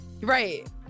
Right